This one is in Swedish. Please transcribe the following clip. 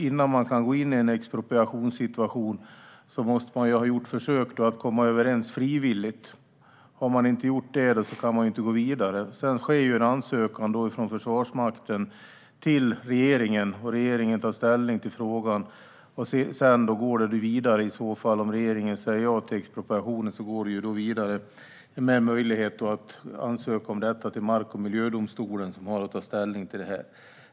Innan man kan gå in i en expropriationssituation måste man ha gjort försök att komma överens frivilligt. Om det inte har gjorts kan man inte gå vidare. Sedan ska Försvarsmakten skicka en ansökan till regeringen, och regeringen ska ta ställning till frågan. Om regeringen säger ja till expropriation går ärendet vidare genom möjlighet att ansöka om detta till Mark och miljödomstolen, som ska ta ställning till det här.